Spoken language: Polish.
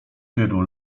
tylu